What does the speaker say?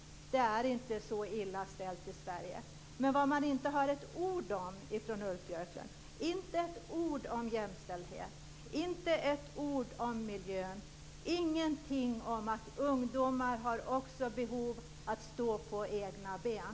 Det är inte så illa ställt i Sverige. Men man hör inte ett ord från Ulf Björklund om jämställdhet, inte ett ord om miljön och ingenting om att ungdomar har behov av att stå på egna ben.